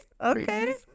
Okay